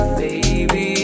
baby